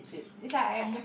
it it's like I I